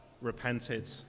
repented